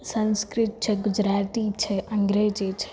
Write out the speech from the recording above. સંસ્કૃત ગુજરાતી છે અંગ્રેજી છે